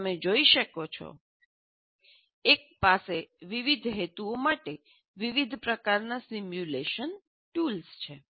જેમ તમે જોઈ શકો છો એક પાસે વિવિધ હેતુઓ માટે વિવિધ પ્રકારના સિમ્યુલેશન ટૂલ્સ છે